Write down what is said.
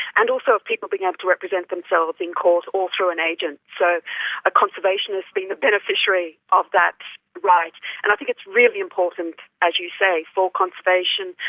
and also of people being able to represent themselves in court or through an agent. so a conservationist being a beneficiary of that right. and i think it's really important, as you say, for conservation,